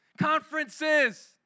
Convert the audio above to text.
conferences